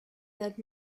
that